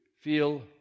feel